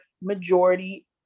majority